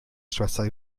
schwester